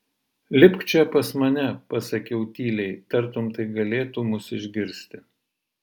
lipk čia pas mane pasakiau tyliai tartum tai galėtų mus išgirsti